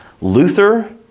Luther